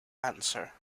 answer